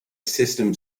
system